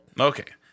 Okay